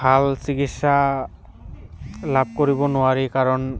ভাল চিকিৎসা লাভ কৰিব নোৱাৰি কাৰণ